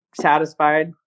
satisfied